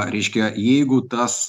reiškia jeigu tas